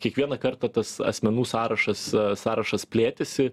kiekvieną kartą tas asmenų sąrašas sąrašas plėtėsi